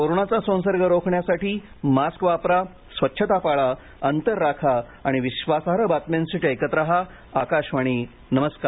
कोरोनाचा संसर्ग रोखण्यासाठी मास्क वापरा स्वच्छता पाळा अंतर राखा आणि विश्वासार्ह बातम्यांसाठी ऐकत रहा आकाशवाणी नमस्कार